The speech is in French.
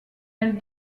elle